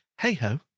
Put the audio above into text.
hey-ho